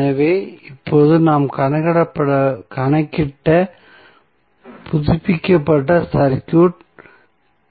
எனவே இப்போது நாம் கணக்கிட்ட புதுப்பிக்கப்பட்ட சர்க்யூட்